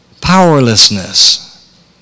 Powerlessness